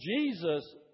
Jesus